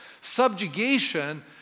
subjugation